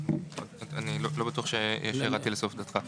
אני לא בטוח שירדתי לסוף דעתך.